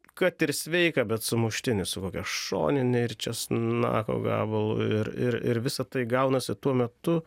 kad ir sveiką bet sumuštinį su kokia šonine ir česnako gabalu ir ir ir visa tai gaunasi tuo metu